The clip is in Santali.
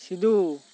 ᱥᱤᱫᱩ